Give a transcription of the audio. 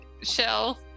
shell